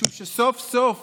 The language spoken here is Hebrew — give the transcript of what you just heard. משום שסוף-סוף